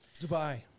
Dubai